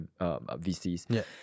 VCs